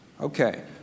Okay